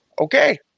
Okay